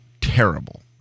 terrible